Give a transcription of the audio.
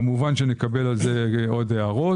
כמובן נקבל על זה עוד הערות,